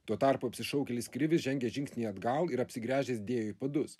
tuo tarpu apsišaukėlis krivis žengė žingsnį atgal ir apsigręžęs dėjo į padus